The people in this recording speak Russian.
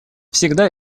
всегда